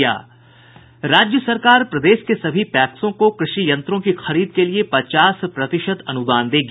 राज्य सरकार प्रदेश के सभी पैक्सों को कृषि यंत्रों की खरीद के लिए पचास प्रतिशत अनुदान देगी